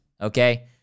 Okay